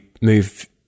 move